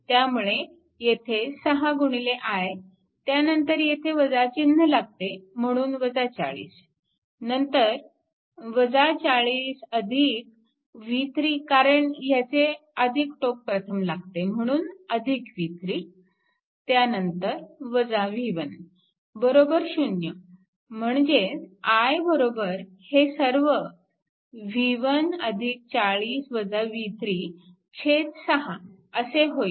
त्यामुळे येथे 6 i त्यानंतर येथे चिन्ह लागते म्हणून 40 नंतर 40 v3 कारण ह्याचे टोक प्रथम लागते म्हणून v3 त्यानंतर v1 0 म्हणजेच i बरोबर हे सर्व v1 40 v3 6 असे होईल